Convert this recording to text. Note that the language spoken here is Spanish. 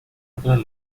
otras